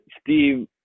Steve